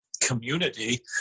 community